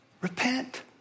Repent